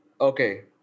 Okay